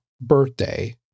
birthday